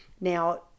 Now